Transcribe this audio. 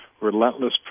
relentless